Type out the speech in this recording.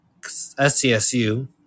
SCSU